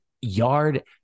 yard